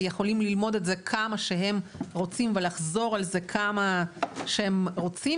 יכולים ללמוד את זה כמה שהם רוצים ולחזור על זה כמה שהם רוצים,